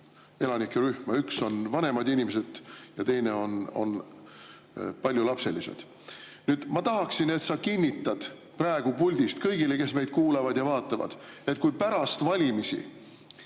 elanikerühma: üks on vanemad inimesed ja teine on paljulapselised. Nüüd, ma tahaksin, et sa kinnitad praegu puldist kõigile, kes meid kuulavad ja vaatavad, et kui pärast valimisi